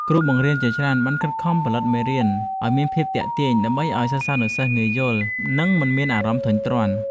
គ្រូបង្រៀនជាច្រើនបានខិតខំផលិតមេរៀនឱ្យមានភាពទាក់ទាញដើម្បីឱ្យសិស្សានុសិស្សងាយយល់ និងមិនមានអារម្មណ៍ធុញទ្រាន់។